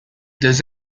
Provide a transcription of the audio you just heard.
does